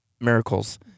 miracles